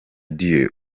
dieu